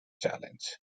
challenge